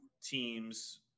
teams